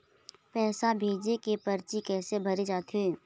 पैसा भेजे के परची कैसे भरे जाथे?